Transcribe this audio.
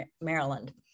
Maryland